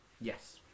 Yes